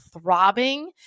throbbing